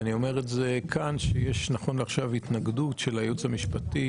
אני אומר כאן שנכון לעכשיו יש התנגדות של הייעוץ המשפטי